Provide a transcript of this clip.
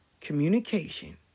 communication